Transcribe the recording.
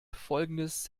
folgendes